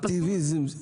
אקטיביזם.